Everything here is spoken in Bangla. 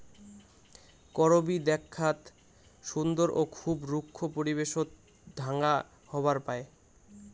করবী দ্যাখ্যাত সুন্দর ও খুব রুক্ষ পরিবেশত ঢাঙ্গা হবার পায়